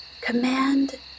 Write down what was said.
Command